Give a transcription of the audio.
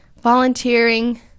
volunteering